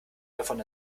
davon